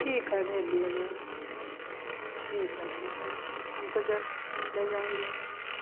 ठीक है भेज दिया जाए ठीक है ठीक है हमको जब ले जाएंगे